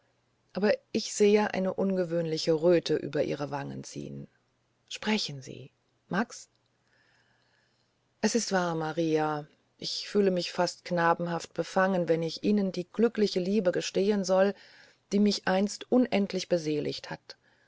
aber ich sehe eine ungewöhnte röte über ihre wangen ziehen sprechen sie max es ist wahr maria ich fühle mich fast knabenhaft befangen da ich ihnen die glückliche liebe gestehen soll die mich einst unendlich beseligt hat